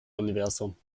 universum